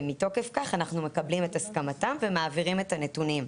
ומתוקף כך אנחנו מקבלים את הסכמתם ומעבירים את הנתונים.